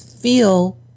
feel